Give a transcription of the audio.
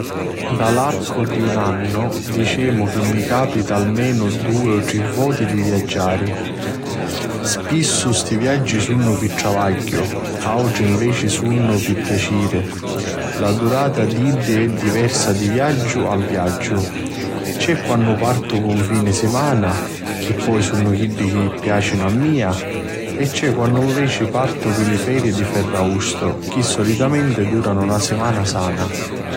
Nta l'arcu di un anno dicemu chi mi capita almenu dui o tri voti di viaggiari. Spissu sti viaggi sunnu pi travgghiu, autri nveci sunnu viaggi di piaciri. La durata d'iddi è diversa di viaggiu a viaggiu: C'è quannu partu pi un fini simana, chi poi sunnu chiddi chi piacinu a mia, e c'è quannu nveci partu pi li feri di ferraustu chi solitamenti duranu na simana sana.